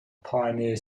pioneer